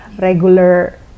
regular